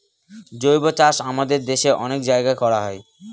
জৈবচাষ আমাদের দেশে অনেক জায়গায় করা হয়